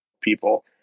people